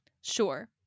Sure